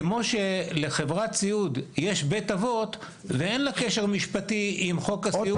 כמו שלחברת סיעוד יש בית אבות ואין לה קשר משפטי עם חוק הסיעוד.